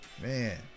man